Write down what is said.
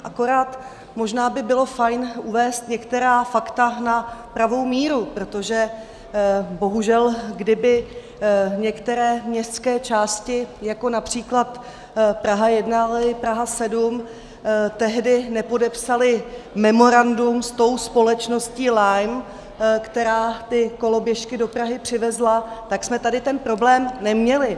Akorát by možná bylo fajn uvést některá fakta na pravou míru, protože bohužel kdyby některé městské části, jako například Praha 1 i Praha 7, tehdy nepodepsaly memorandum s tou společností Lime, která ty koloběžky do Prahy přivezla, tak jsme tady ten problém neměli.